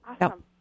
Awesome